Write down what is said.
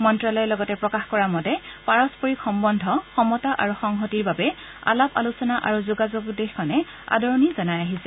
মন্ত্ৰালয়ে লগতে প্ৰকাশ কৰা মতে পাৰস্পৰিক সহ্ব্ধ সমতা আৰু সংহতিৰ বাবে আলাপ আলোচনা আৰু যোগাযোগক আদৰণি জনাই আহিছে